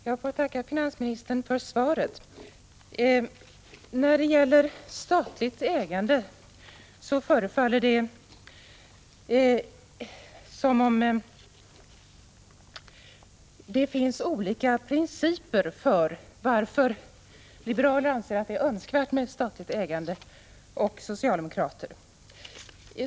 Herr talman! Jag ber att få tacka finansministern för svaret. Det förefaller som om liberaler och socialdemokrater har olika principer i frågan om huruvida det är önskvärt med statligt ägande.